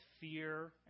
fear